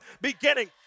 beginning